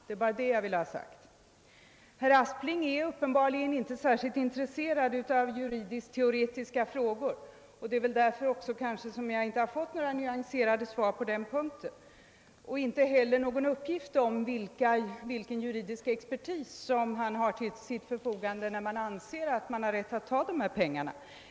Det var bara det jag ville ha sagt. Herr Aspling är uppenbarligen inte särskilt intresserad av juridisk-teoretiska frågor, och detta är kanske anledningen till att jag inte fått några nyanserade svar på denna punkt liksom inte heller någon uppgift om vilken juridisk expertis som han har till sitt förfogande, eftersom han anser att man har rätt att ta de här pengarna.